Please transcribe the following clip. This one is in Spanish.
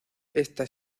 esta